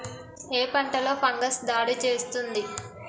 ఏ పంటలో ఫంగస్ దాడి చేస్తుంది?